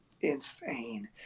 insane